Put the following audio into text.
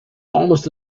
almost